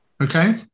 Okay